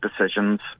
decisions